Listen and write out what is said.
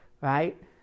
right